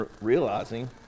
realizing